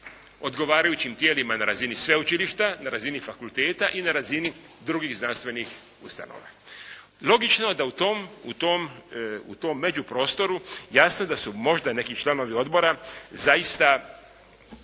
odgovarajućim tijelima na razini sveučilišta, na razini fakulteta i na razini drugih znanstvenih ustanova. Logično da u tom međuprostoru jasno je da su možda neki članovi odbora zaista